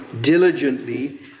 diligently